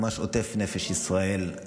ממש עוטף נפש ישראל.